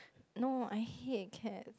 no I hate cat